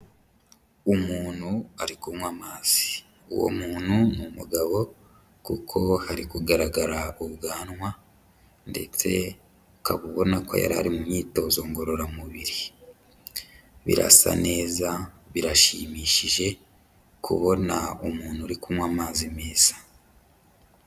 Umuntu ari kunywa amazi, uwo muntu ni umugabo kuko hari kugaragara ubwanwa ndetse ukaba ubona ko yari ari mu myitozo ngororamubiri, birasa neza birashimishije kubona umuntu uri kunywa amazi meza.